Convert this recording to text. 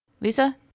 Lisa